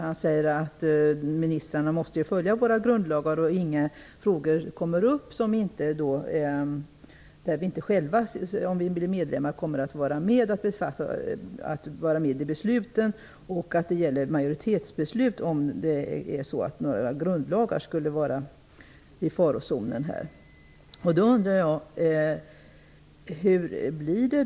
Han säger att ett svenskt medlemskap innebär att ministrarna måste följa våra grundlagar, att vi kommer att vara med om att fatta besluten och att majoritetsbeslut gäller om några grundlagar skulle vara i farozonen. Då undrar jag: Hur blir det?